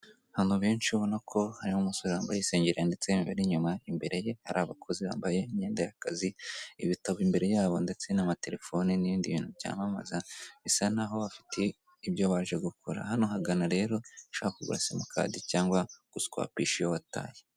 Abantu benshi ubona ko harimo umusore wambaye isengeri yanditseho imibare inyuma, imbere ye hari abakozi bambaye imyenda y'akazi, ibitabo imbere yabo ndetse n'amaterefone n'ibindi bintu byamamaza, bisa naho bafite ibyo baje gukora. Hano uhagana rero ushaka kugura simukadi cyangwa guswapisha iyo wataye.